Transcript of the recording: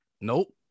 Nope